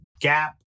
gap